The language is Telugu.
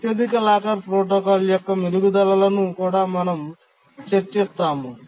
అత్యధిక లాకర్ ప్రోటోకాల్ యొక్క మెరుగుదలలను కూడా మనం చర్చిస్తాము